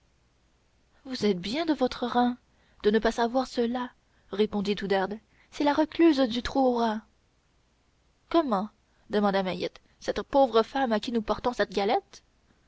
vous êtes bien de votre reims de ne pas savoir cela répondit oudarde c'est la recluse du trou aux rats comment demanda mahiette cette pauvre femme à qui nous portons cette galette